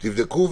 תבדקו,